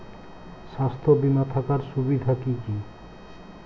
স্বাস্থ্য বিমা থাকার সুবিধা কী কী?